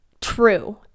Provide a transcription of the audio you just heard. true